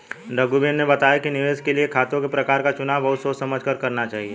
रघुवीर ने बताया कि निवेश के लिए खातों के प्रकार का चुनाव बहुत सोच समझ कर करना चाहिए